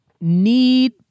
need